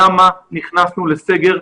למה נכנסנו לסגר,